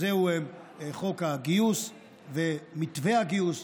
וזהו חוק הגיוס ומתווה הגיוס,